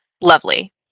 lovely